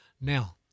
Now